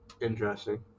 Interesting